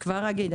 כבר אגיד.